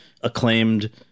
acclaimed